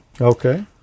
Okay